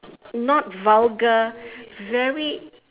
not vulgar very